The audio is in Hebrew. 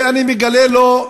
ואני מגלה לו,